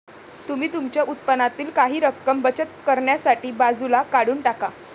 तुम्ही तुमच्या उत्पन्नातील काही रक्कम बचत करण्यासाठी बाजूला काढून टाका